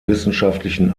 wissenschaftlichen